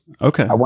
Okay